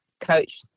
coach